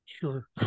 Sure